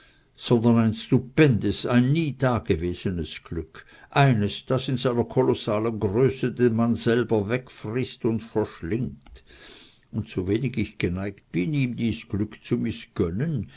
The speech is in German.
stupendes ein nie dagewesenes glück eines das in seiner kolossalen größe den mann selber wegfrißt und verschlingt und so wenig ich geneigt bin ihm dies glück zu